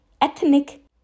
ethnic